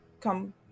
come